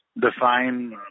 Define